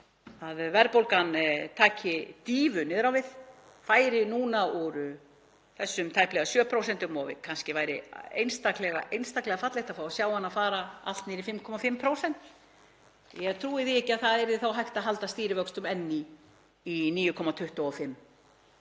að verðbólgan taki dýfu niður, færi núna úr þessum tæplega 7% og kannski væri einstaklega fallegt að fá að sjá hana fara allt niður í 5,5%. Ég trúi því ekki að það yrði þá hægt að halda stýrivöxtum enn í 9,25%.